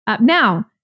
Now